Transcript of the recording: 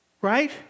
right